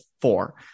four